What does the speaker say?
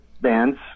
band's